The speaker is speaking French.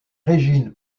régine